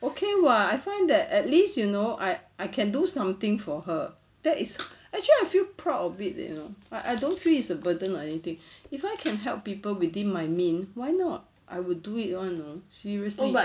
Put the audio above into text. okay [what] I find that at least you know I I can do something for her that is actually I feel proud of it you know I I don't feel it's a burden or anything if I can help people within my mean why not I will do it [one] [what] you know seriously